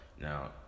Now